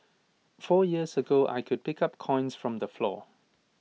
four years ago I could pick up coins from the floor